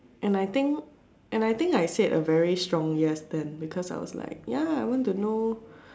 and I think and I think I said a very strong yes then because I was like ya I want to know